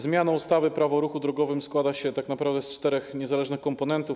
Zmiana ustawy - Prawo o ruchu drogowym składa się tak naprawdę z czterech niezależnych komponentów.